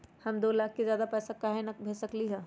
हम दो लाख से ज्यादा पैसा काहे न भेज सकली ह?